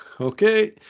okay